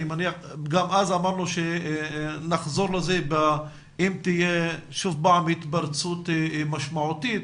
גם אז אמרנו שנחזור לזה אם תהיה שוב פעם התפרצות משמעותית.